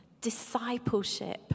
discipleship